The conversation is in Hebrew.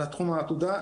על תחום העתודה,